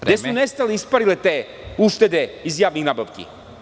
Gde su nestale, isparile te uštede iz javnih nabavki?